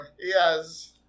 Yes